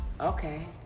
Okay